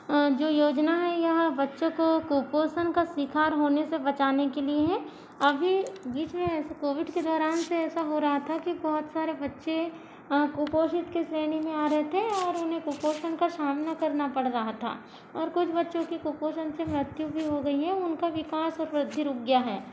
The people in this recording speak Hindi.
जो योजना है यह बच्चों को कुपोषण का शिकार होने से बचाने के लिए है अभी बीच मे कोविड के दौरान पर ऐसा हो रहा था कि बहुत सारे बच्चे कुपोषित की श्रेणी मे आ रहे थे और उन्हें कुपोषण का सामना करना पड़ रहा था और कुछ बच्चो की कुपोषण से मृत्यु भी हो गई है उनका विकास और वृद्धि रुक गया है